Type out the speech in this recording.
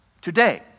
today